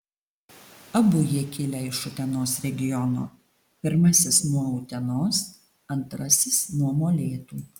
abu jie kilę iš utenos regiono pirmasis nuo utenos antrasis nuo molėtų